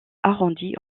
arrondie